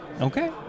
Okay